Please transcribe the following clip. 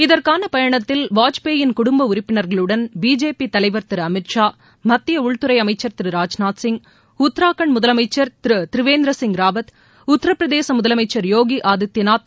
இதற்கான பயணத்தில் வாஜ்பாயின் குடும்ப உறுப்பினர்களுடன் பிஜேபி தலைவர் திரு அமித்ஷா மத்திய உள்துறை அமைச்சர் திரு ராஜ்நாத் சிங் உத்ரகாண்ட் முதலமைச்சர் திரு திரிவேந்திர சிங் ராவத் உத்தரப்பிரதேச முதலமைச்சர் யோகி ஆதித்யநாத்